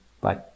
Bye